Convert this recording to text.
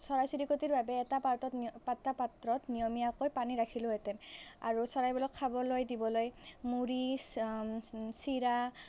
চৰাই চিৰিকটিৰ বাবে এটা পাৰ্টত এটা পাত্ৰত নিয়মীয়াকৈ পানী ৰাখিলোহেতেন আৰু চৰাইবিলাক খাবলৈ দিবলৈ মুৰি চিৰা